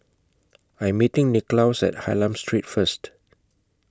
I'm meeting Nicklaus At Hylam Street First